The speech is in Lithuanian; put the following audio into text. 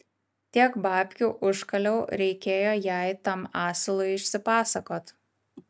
tiek babkių užkaliau reikėjo jai tam asilui išsipasakot